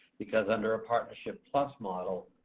because under a partnership plus model,